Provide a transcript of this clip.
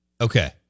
Okay